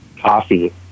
coffee